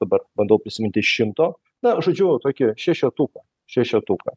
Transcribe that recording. dabar bandau prisimint iš šimto na žodžiu tokį šešetuką šešetuką